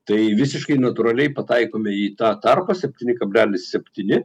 tai visiškai natūraliai pataikome į tą tarpą septyni kablelis septyni